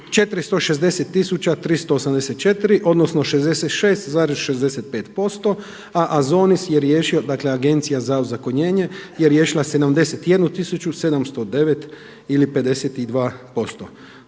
384 odnosno 66,65%, a AZONIS je riješio dakle Agencija za ozakonjenje je riješila 71 tisuću 709 ili 52%.